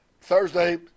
Thursday